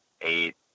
eight